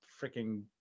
freaking